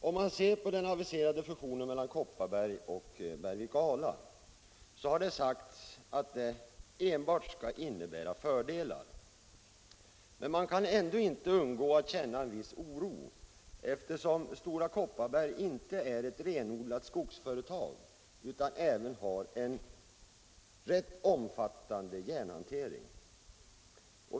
Det har sagts att den aviserade fusionen mellan Stora Kopparbergs Bergslags AB och Bergvik och Ala AB enbart skulle innebära fördelar, men man kan ändå inte undgå att känna en viss oro, eftersom Stora Kopparberg inte är ett renodlat skogsföretag utan även har en rätt omfattande järnhantering.